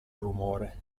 rumore